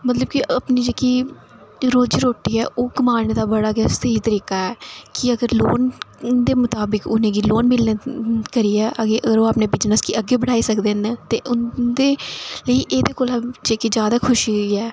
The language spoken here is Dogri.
मतलब कि अपनी जेह्की रोज़ी रोटी ऐ ओह् कमाने दा बड़ा स्हेई तरीका ऐ ते अगर उ'नेंगी लोन दे मताबक उनेंगी लोन करियै अगर ओह् अपने बिज़नेस गी अग्गै बधाई सकदे न ते उंदे लेई एह्दे कोला जादा खुशी होई ऐ